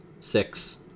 Six